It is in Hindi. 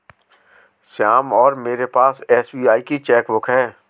श्याम और मेरे पास एस.बी.आई की चैक बुक है